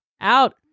out